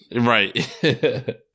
Right